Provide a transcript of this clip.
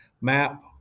map